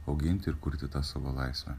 auginti ir kurti tą savo laisvę